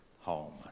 home